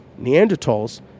Neanderthals